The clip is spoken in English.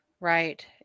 Right